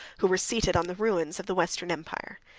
who were seated on the ruins of the western empire.